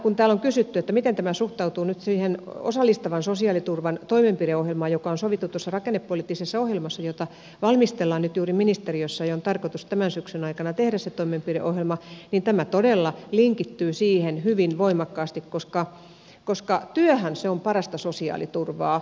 kun täällä on kysytty miten tämä suhtautuu nyt siihen osallistavan sosiaaliturvan toimenpideohjelmaan joka on sovittu tuossa rakennepoliittisessa ohjelmassa jota valmistellaan nyt juuri ministeriössä ja on tarkoitus tämän syksyn aikana tehdä se toimenpideohjelma niin tämä todella linkittyy siihen hyvin voimakkaasti koska työhän se on parasta sosiaaliturvaa